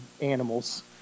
animals